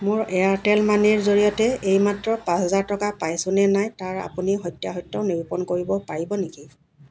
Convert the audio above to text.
মোৰ এয়াৰটেল মানিৰ জৰিয়তে এইমাত্ৰ পাঁচ হাজাৰ টকা পাইছোনে নাই তাৰ আপুনি সত্যাসত্য নিৰূপণ কৰিব পাৰিব নেকি